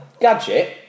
Gadget